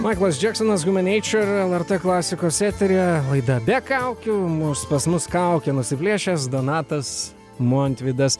maiklas džeksonas human nature lrt klasikos eteryje laida be kaukių mus pas mus kaukę nusiplėšęs donatas montvydas